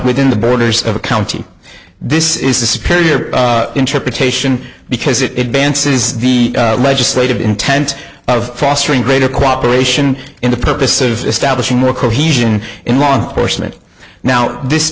within the borders of a county this is a superior interpretation because it dances the legislative intent of fostering greater cooperation in the purpose of establishing more cohesion in law enforcement now this